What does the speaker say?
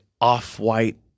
off-white